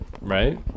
Right